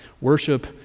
Worship